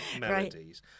melodies